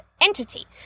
entity